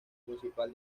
municipal